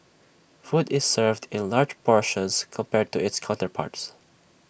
food is served in large portions compared to its counterparts